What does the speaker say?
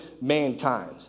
mankind